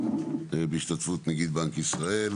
בהשתתפות נגיד בנק ישראל